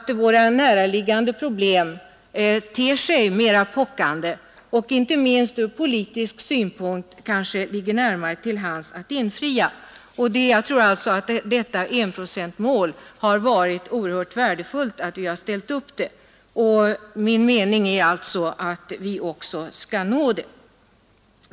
Våra näraliggande problem ter sig mera pockande, och från politisk synpunkt ligger de kanske närmare till hands att infria. Därför tror jag att det varit värdefullt att vi ställt upp enprocentsmålet. Min mening är att vi också skall nå det.